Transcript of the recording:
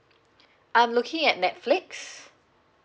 I'm looking at netflix